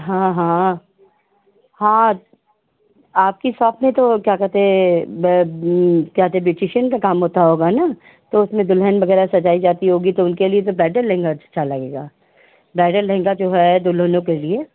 हाँ हाँ हाँ आपकी सॉप में तो क्या कहते क्या कहते क्या होते बूटीशियन का काम होता होगा न तो उसमें दुल्हन वगेरह सजाई जाती होंगी तो उनके लिए तो ब्राइडल लहंगा अच्छा लगेगा ब्राइडल लहंगा जो है दुल्हनों के लिए